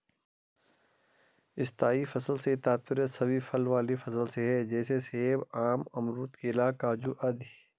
स्थायी फसल से तात्पर्य सभी फल वाले फसल से है जैसे सेब, आम, अमरूद, केला, काजू आदि